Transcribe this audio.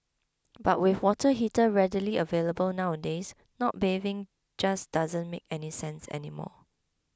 but with water heater readily available nowadays not bathing just doesn't make any sense anymore